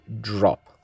drop